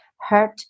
hurt